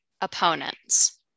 opponents